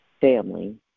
family